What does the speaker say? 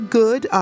good